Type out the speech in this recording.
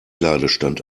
ladestand